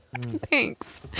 Thanks